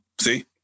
See